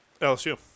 LSU